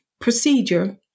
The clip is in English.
procedure